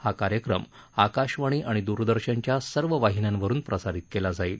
हा कार्यक्रम आकाशवाणी आणि दूरदर्शनच्या सर्व वाहिन्यांवरुन प्रसारित केला जाईल